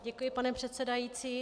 Děkuji, pane předsedající.